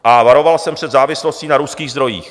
A varoval jsem před závislostí na ruských zdrojích.